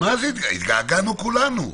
התגעגענו כולנו,